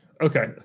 Okay